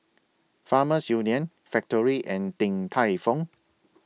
Farmers Union Factorie and Din Tai Fung